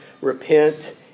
Repent